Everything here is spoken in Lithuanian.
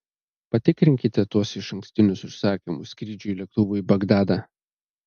patikrinkite tuos išankstinius užsakymus skrydžiui lėktuvu į bagdadą